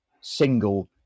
single